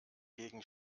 gegen